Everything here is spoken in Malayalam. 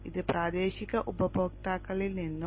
ഇത് പ്രാദേശിക ഉപയോക്താക്കളിൽ നിന്നും